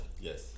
Yes